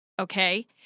okay